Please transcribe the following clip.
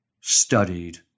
studied